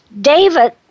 David